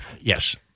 Yes